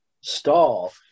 stall